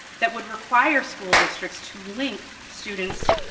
that would require school districts to link students,